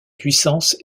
puissance